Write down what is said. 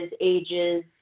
ages